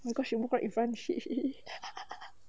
oh my god she move quite in front